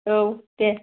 औ दे